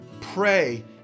pray